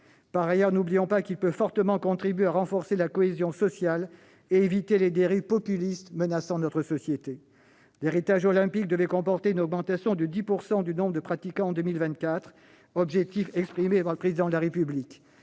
Par ailleurs, n'oublions pas qu'il peut fortement contribuer à renforcer la cohésion sociale et éviter les dérives populistes menaçant notre société. L'héritage olympique était censé amener une augmentation de 10 % du nombre de pratiquants en 2024, un objectif exprimé par le Président de la République.